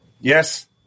Yes